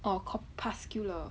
orh corpuscular